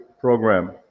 program